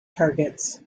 targets